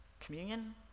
communion